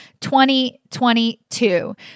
2022